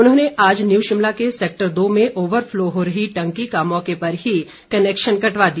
उन्होंने आज न्यू शिमला के सैक्टर दो में ओवर फ्लो हो रही टंकी का मौके पर ही कनैक्शन कटवा दिया